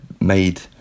made